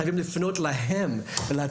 אני חושב שחייבים לפנות אליהם,